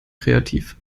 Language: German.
kreativ